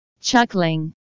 Chuckling